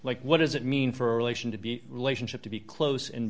like what does it mean for relation to be relationship to be close